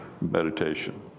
meditation